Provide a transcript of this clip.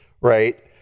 Right